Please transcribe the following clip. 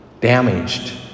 damaged